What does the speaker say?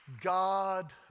God